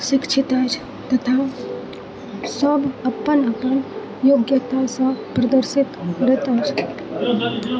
शिक्षित अछि तथा सब अपन अपन योग्यता सँ प्रदर्शित करैत अछि